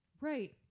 Right